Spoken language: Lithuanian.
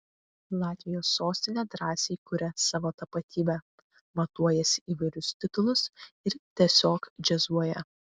latvijos sostinė drąsiai kuria savo tapatybę matuojasi įvairius titulus ir tiesiog džiazuoja